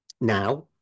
Now